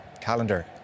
calendar